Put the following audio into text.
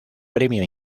premio